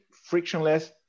frictionless